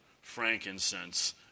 frankincense